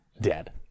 dead